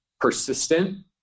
persistent